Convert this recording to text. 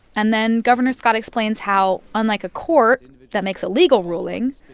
and then governor scott explains how, unlike a court that makes a legal ruling,